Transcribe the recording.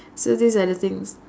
so these are the things